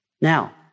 Now